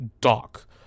dock